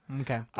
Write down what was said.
Okay